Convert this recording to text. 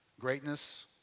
Greatness